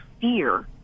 fear